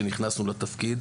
כשנכנסנו לתפקיד,